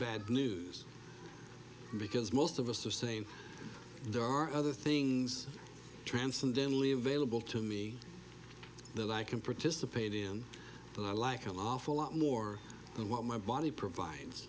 bad news because most of us are saying there are other things transcendentally available to me that i can participate in that i like a lawful lot more than what my body provides